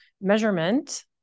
measurement